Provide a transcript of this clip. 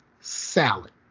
salad